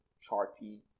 charting